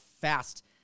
fast